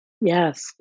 Yes